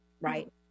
Right